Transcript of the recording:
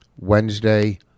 Wednesday